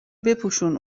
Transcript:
بپوشون